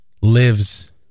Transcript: lives